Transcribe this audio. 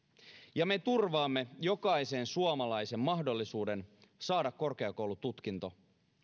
ja me turvaamme jokaisen suomalaisen mahdollisuuden saada korkeakoulututkinto